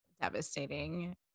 Devastating